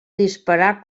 disparar